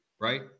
right